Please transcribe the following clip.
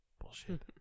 Bullshit